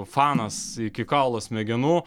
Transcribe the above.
fanas iki kaulo smegenų